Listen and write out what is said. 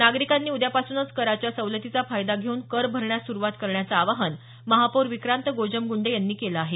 नागरिकांनी उद्यापासूनच कराच्या सवलतीचा फायदा घेऊन कर भरण्यास सुरुवात करण्याचं आवाहन महापौर विक्रांत गोजमग्रंडे यांनी केलं आहे